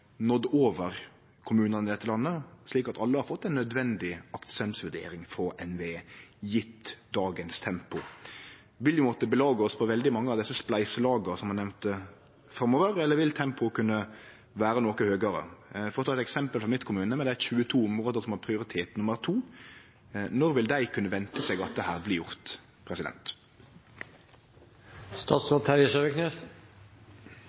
nådd over kommunane i dette landet, slik at alle har fått ei nødvendig aktsemdsvurdering frå NVE – gjeve dagens tempo. Vil vi måtte belage oss på veldig mange av desse spleiselaga, som eg nemnde, framover, eller vil tempoet kunne vere noko høgare? For å ta eit eksempel frå kommunen min med dei 22 områda som har prioritet nr. 2: Når vil dei kunne vente seg at dette blir gjort?